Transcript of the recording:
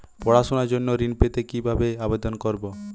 পড়াশুনা জন্য ঋণ পেতে কিভাবে আবেদন করব?